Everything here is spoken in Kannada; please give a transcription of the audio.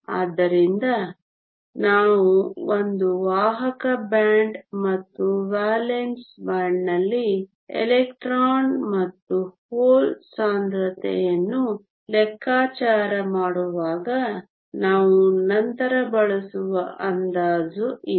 ಆದ್ದರಿಂದ ನಾವು ಒಂದು ವಾಹಕ ಬ್ಯಾಂಡ್ ಮತ್ತು ವೇಲೆನ್ಸ್ ಬ್ಯಾಂಡ್ನಲ್ಲಿ ಎಲೆಕ್ಟ್ರಾನ್ ಮತ್ತು ಹೋಲ್ ಸಾಂದ್ರತೆಯನ್ನು ಲೆಕ್ಕಾಚಾರ ಮಾಡುವಾಗ ನಾವು ನಂತರ ಬಳಸುವ ಅಂದಾಜು ಇದು